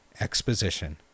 Exposition